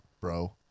bro